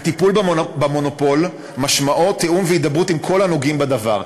הטיפול במונופול משמעו תיאום והידברות עם כל הנוגעים בדבר,